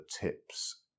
tips